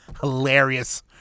hilarious